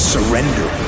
Surrender